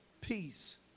Peace